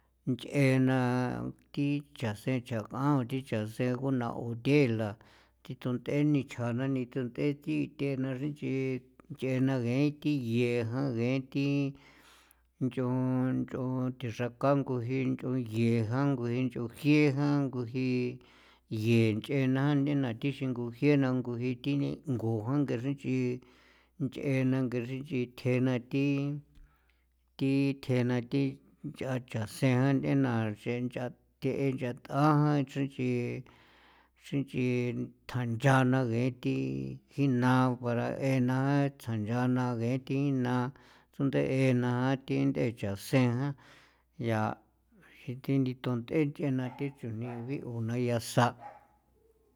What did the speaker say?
Nch'e na thi chaseen ncha k'aun thi chaseen guna'uthela thi thi thund'e nichjana thi thund'e thi thena xra nch'i nch'e na ngain thi 'ien jan ngee thi nch'on nch'on thi xrakangujii nch'on 'ie jan nguji nch'on 'ie jan ngu jii yen nch'e na ndina thi xi ngu jiena ngu jii thi ningu jie xra nch'ii thini thi xra nch'i ncheena nganchrii thjeena thi thi tjeena thi nch'a chaseen nch'ena nche nch'a te'e nch'a nt'a jan xrinnch'i xrinch'i thjanchaa' na ngee thi jina oara bee naa tsja nchaana ngee thi naa sunde'e naa thi nthee chaseen yaa jii thi the thund'e nthia thi chujni jiaune naya sa'.